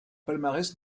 palmarès